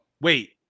wait